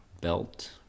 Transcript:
belt